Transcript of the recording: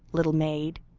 little maid.